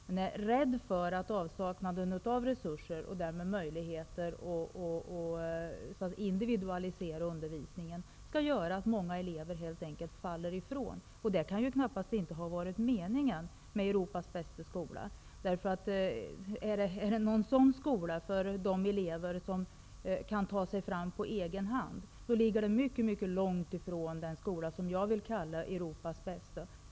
Man är rädd för att avsaknaden av resurser och därmed möjligheter att individualisera undervisningen skall göra att många elever helt enkelt faller ifrån. Det kan knappast ha varit meningen med Europas bästa skola. Om det är en skola för elever som kan ta sig fram på egen hand, ligger den mycket långt ifrån den skola som jag vill kalla Europas bästa.